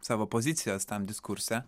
savo pozicijas tam diskurse